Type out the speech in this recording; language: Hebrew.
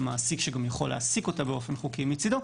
מעסיק שגם יכול להעסיק אותה באופן חוקי מצדו,